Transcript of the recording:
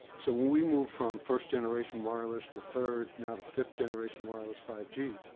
so when we moved from first generation wireless to third, now to fifth generation wireless, five g,